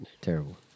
terrible